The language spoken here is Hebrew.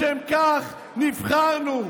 לשם כך נבחרנו.